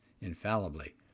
infallibly